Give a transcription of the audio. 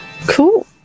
Cool